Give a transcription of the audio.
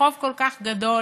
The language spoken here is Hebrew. החוב כל כך גדול